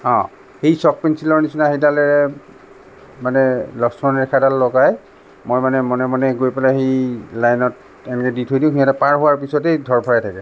সেই চক পেঞ্চিলৰ নিচিনা সেইডালেৰে মানে লক্ষণ ৰেখা ডাল লগাই মই মানে মনে মনে গৈ পেলাই সেই লাইনত এনেকে দি থৈ দিওঁ সিহঁতে পাৰ হোৱাৰ পিছতে ধৰফৰাই থাকে